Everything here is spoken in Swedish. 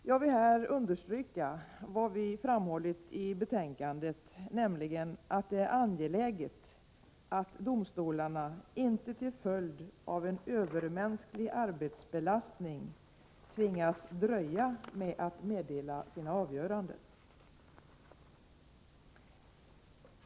Jag vill här understryka vad vi framhållit i betänkandet, nämligen att det är angeläget att domstolarna inte till följd av en övermänsklig arbetsbelastning tvingas dröja med att meddela sina avgöranden.